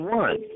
one